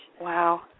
Wow